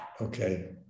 okay